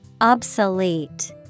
Obsolete